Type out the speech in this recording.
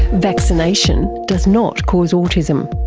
vaccination does not cause autism,